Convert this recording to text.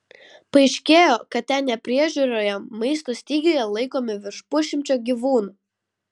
paaiškėjo kad ten nepriežiūroje maisto stygiuje laikomi virš pusšimčio gyvūnų